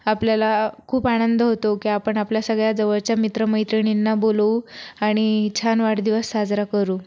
आपल्याला खूप आनंद होतो की आपण आपल्या सगळ्या जवळच्या मित्रमैत्रिणींना बोलवू आणि छान वाढदिवस साजरा करू